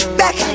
back